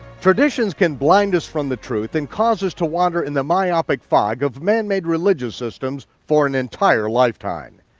traditions can blind us from the truth and cause us to wander in the myopic fog of manmade religious systems for an entire lifetime.